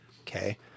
Okay